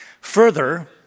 Further